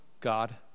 God